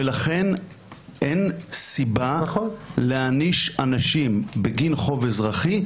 ולכן אין סיבה להעניש אנשים בגין חוב אזרחי.